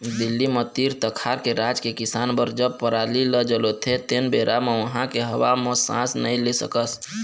दिल्ली म तीर तखार के राज के किसान बर जब पराली ल जलोथे तेन बेरा म उहां के हवा म सांस नइ ले सकस